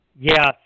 Yes